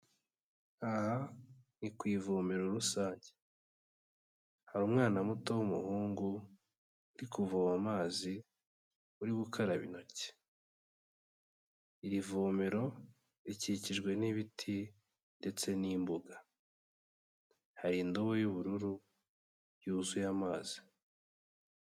Aha ni ku ivomero rusange. Hari umwana muto w'umuhungu uri kuvoma amazi, uri gukaraba intoki. Iri vomero rikikijwe n'ibiti ndetse n'imbuga. Hari indobo y'ubururu, yuzuye amazi.